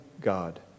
God